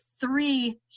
three